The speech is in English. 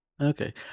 Okay